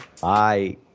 Bye